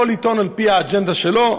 כל עיתון על פי האג'נדה שלו,